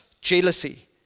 jealousy